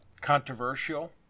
controversial